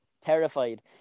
terrified